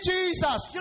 Jesus